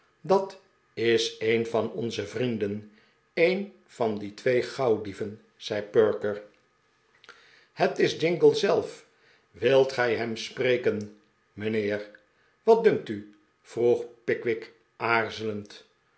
dat is een van onze vrienden een van die twee gauwdieven zei perker het is jingle zelf wilt gij hem spreken mijnheer wat dunkt u vroeg pickwick aarzelend